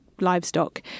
livestock